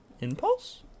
Impulse